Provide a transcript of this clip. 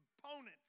components